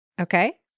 Okay